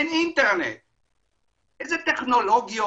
איזה טכנולוגיות?